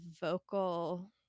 vocal